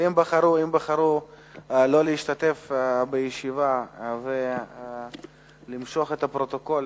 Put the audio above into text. ואם הם בחרו לא להשתתף בישיבה ולמשוך מהפרוטוקול